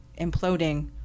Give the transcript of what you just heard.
imploding